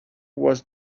was